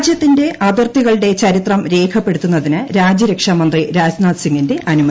രാജ്യത്തിന്റെഅതിർത്തികളുടെചരിത്രംരേഖപ്പെടുത്തുന്ന തിന് രാജ്യരക്ഷാമന്ത്രി രാജ്നാഥ്സിംഗിന്റെ അനുമതി